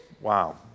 Wow